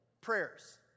prayers